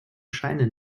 scheine